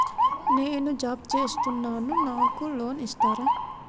నేను జాబ్ చేస్తున్నాను నాకు లోన్ ఇస్తారా?